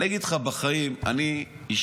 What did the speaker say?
אני אגיד לך, בחיים אני אישית